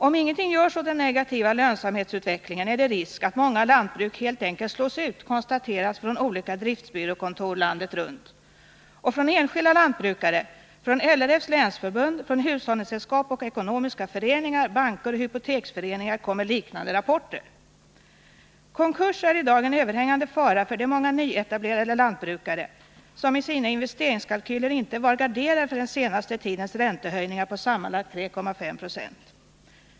Om ingenting görs åt den negativa lönsamhetsutvecklingen, är det risk att många lantbruk helt enkelt slås ut, konstateras det från olika driftsbyråkontor landet runt. Och från enskilda lantbrukare, från LRF:s länsförbund, från hushållningssällskap och ekonomiska föreningar liksom från banker och hypoteksföreningar kommer liknande rapporter. Konkurs är i dag en överhängande fara för de många nyetablerade lantbrukare som i sina investeringskalkyler inte var garderade mot den senaste tidens räntehöjningar på sammanlagt 3,5 20.